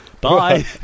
Bye